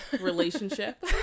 relationship